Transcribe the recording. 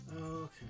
Okay